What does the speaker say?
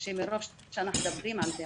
שמרוב שאנחנו מדברים על זה,